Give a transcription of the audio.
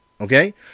Okay